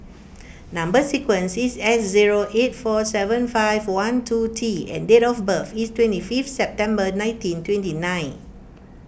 Number Sequence is S zero eight four seven five one two T and date of birth is twenty fifth September nineteen twenty nine